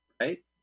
right